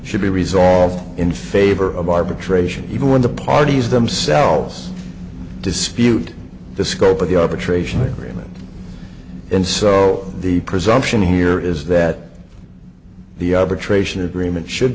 should be resolved in favor of arbitration even when the parties themselves dispute the scope of the arbitration agreement and so the presumption here is that the patrician agreement should